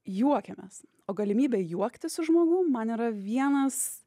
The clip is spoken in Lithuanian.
juokėmės o galimybė juoktis su žmogum man yra vienas